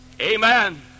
Amen